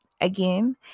Again